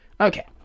okay